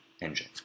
engine